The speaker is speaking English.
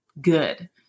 good